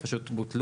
הם פשוט בוטלו.